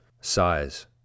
size